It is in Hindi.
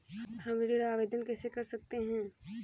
हम ऋण आवेदन कैसे कर सकते हैं?